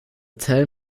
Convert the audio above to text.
tell